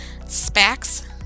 Spax